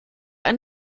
eine